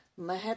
Mahat